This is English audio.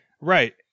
right